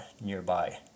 nearby